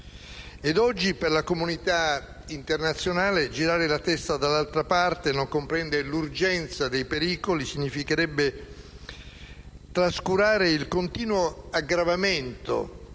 Oggi, per la comunità internazionale, girare la testa dall'altra parte e non comprendere l'urgenza dei pericoli significherebbe trascurare il continuo aggravamento